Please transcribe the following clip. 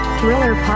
Thriller